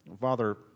Father